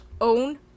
own